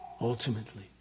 ultimately